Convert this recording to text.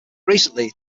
recently